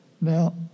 Now